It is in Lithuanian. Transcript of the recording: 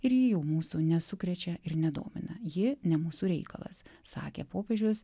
ir ji jau mūsų nesukrečia ir nedomina ji ne mūsų reikalas sakė popiežius